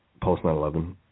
post-9-11